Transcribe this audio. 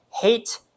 hate